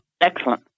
Excellent